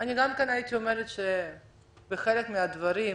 אני גם הייתי אומרת שבחלק מהדברים,